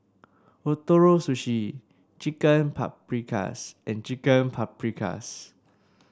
Ootoro Sushi Chicken Paprikas and Chicken Paprikas